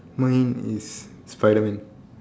mine is Spiderman